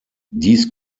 dies